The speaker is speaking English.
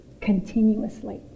continuously